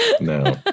No